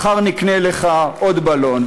מחר נקנה לך עוד בלון.